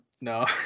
no